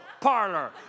parlor